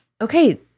okay